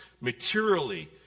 materially